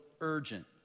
urgent